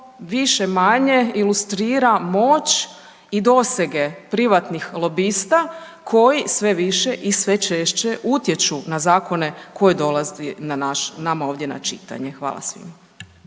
više-manje ilustrira moć i dosege privatnih lobista koji sve više i sve češće utječu na zakone koje dolazi na naš, nama ovdje na čitanje. Hvala svima.